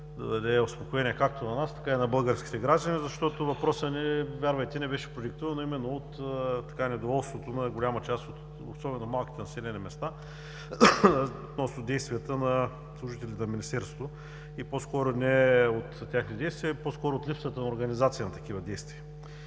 да даде успокоение както на нас, така и на българските граждани, защото въпросът ни, вярвайте ни, беше продиктуван именно от недоволството на голяма част от особено малките населени места относно действията на служителите на Министерството и по-скоро не от техните действия, а по-скоро от липсата на организация на такива действия.